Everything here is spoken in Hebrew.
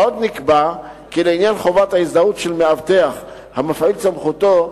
עוד נקבע כי לעניין חובת ההזדהות של מאבטח המפעיל את סמכותו,